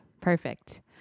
Perfect